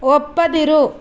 ಒಪ್ಪದಿರು